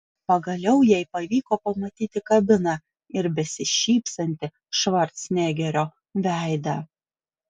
pagaliau jai pavyko pamatyti kabiną ir besišypsantį švarcnegerio veidą